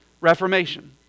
Reformation